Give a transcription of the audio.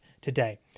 today